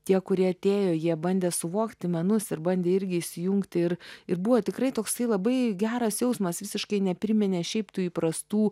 tie kurie atėjo jie bandė suvokti menus ir bandė irgi įsijungti ir ir buvo tikrai toksai labai geras jausmas visiškai nepriminė šiaip tų įprastų